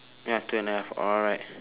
ya two and a half alright